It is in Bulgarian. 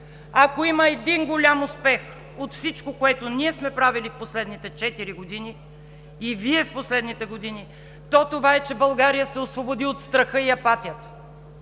Ако има един голям успех от всичко, което ние сме правили в последните четири години и Вие в последните години, то това е, че България се освободи от страха и апатията,